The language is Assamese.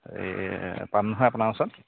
এ পাম নহয় আপোনাৰ ওচৰত